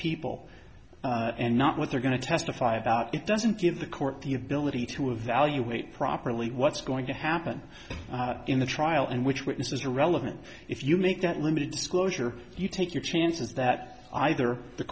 people and not what they're going to testify about it doesn't give the court the ability to evaluate properly what's going to happen in the trial in which witnesses are relevant if you make that limited disclosure you take your chances that either the